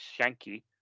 Shanky